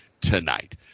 tonight